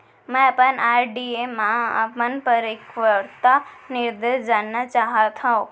मै अपन आर.डी मा अपन परिपक्वता निर्देश जानना चाहात हव